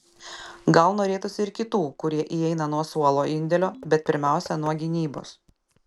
gal norėtųsi ir kitų kurie įeina nuo suolo indėlio bet pirmiausia nuo gynybos